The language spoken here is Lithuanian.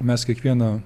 mes kiekvieną